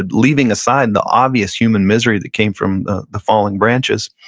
and leaving aside the obvious human misery that came from the the falling branches.